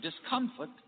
discomfort